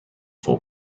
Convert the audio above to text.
for